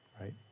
Right